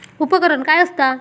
उपकरण काय असता?